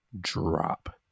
drop